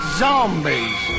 zombies